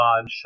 on